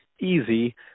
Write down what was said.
easy